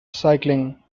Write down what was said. cycling